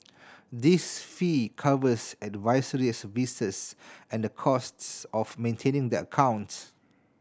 this fee covers advisory services and the costs of maintaining the account